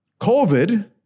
COVID